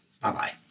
Bye-bye